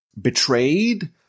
betrayed